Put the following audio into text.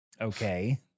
Okay